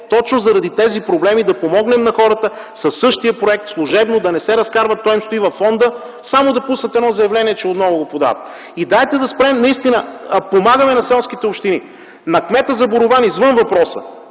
именно заради тези проблеми – да помогнем на хората със същия проект, служебно, да не се разкарват, той стои във фонда, само да пуснат заявление, че отново го подават. Нека да спрем, наистина! Помагаме на селските общини. На кмета на Борован, извън въпроса